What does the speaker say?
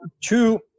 two